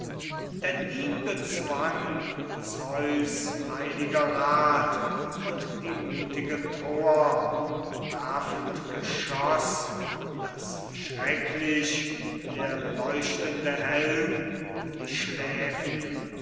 denn ihn bezwang zeus heiliger rat und die mutigen troer werfend geschoß daß schrecklich der leuchtende helm um die schläfen